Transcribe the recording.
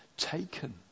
Taken